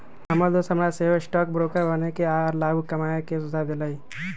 हमर दोस हमरा सेहो स्टॉक ब्रोकर बनेके आऽ लाभ कमाय के सुझाव देलइ